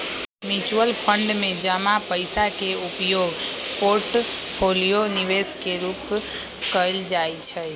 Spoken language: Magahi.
म्यूचुअल फंड में जमा पइसा के उपयोग पोर्टफोलियो निवेश के रूपे कएल जाइ छइ